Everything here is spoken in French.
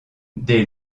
dès